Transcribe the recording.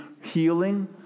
healing